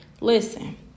Listen